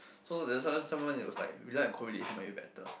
so that's why sometime it was like rely on correlation might be better